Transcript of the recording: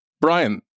brian